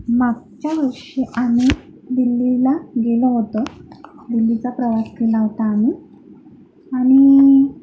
मागच्या वर्षी आम्ही दिल्लीला गेलो होतो दिल्लीचा प्रवास केला होता आम्ही आणि